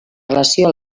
relació